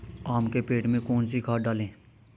आम के पेड़ में कौन सी खाद डालें?